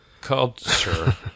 Culture